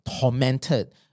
tormented